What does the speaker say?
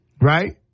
right